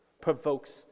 provokes